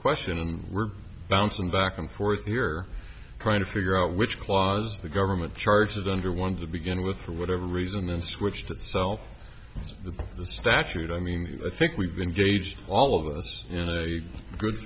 question and we're bouncing back and forth here trying to figure out which clause the government charges under one to begin with for whatever reason and square itself the statute i mean i think we've been gauged all of us in a good